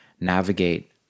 navigate